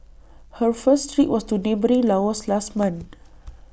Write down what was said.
her first trip was to neighbouring Laos last month